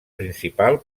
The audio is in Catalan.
principal